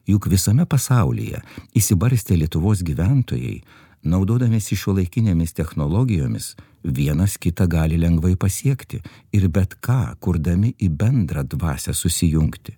juk visame pasaulyje išsibarstę lietuvos gyventojai naudodamiesi šiuolaikinėmis technologijomis vienas kitą gali lengvai pasiekti ir bet ką kurdami į bendrą dvasią susijungti